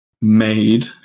made